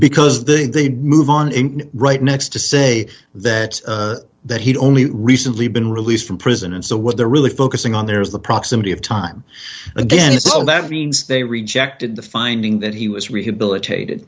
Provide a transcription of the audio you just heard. because they move on in right next to say that that he'd only recently been released from prison and so what they're really focusing on there is the proximity of time again so that means they rejected the finding that he was rehabilitated